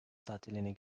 tatiline